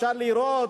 אפשר לראות.